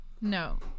No